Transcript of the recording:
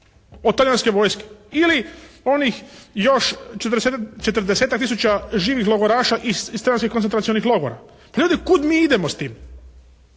od talijanske vojske ili onih još 40-tak tisuća živih logoraša iz koncentracionih logora? Ljudi kud mi idemo s tim?